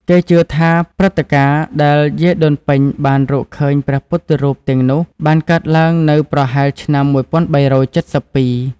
គេជឿថា ព្រឹត្តិការណ៍ដែលយាយដូនពេញបានរកឃើញព្រះពុទ្ធរូបទាំងនោះបានកើតឡើងនៅប្រហែលឆ្នាំ ១៣៧២។